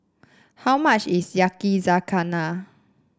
how much is Yakizakana